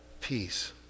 peace